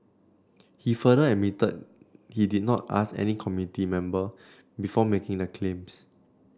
he further admitted he did not ask any committee member before making the claims